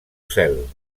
cel